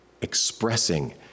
expressing